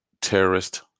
terrorist